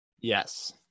Yes